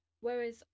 Whereas